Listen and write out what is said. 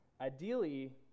ideally